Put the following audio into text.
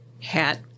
hat